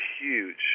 huge